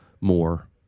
more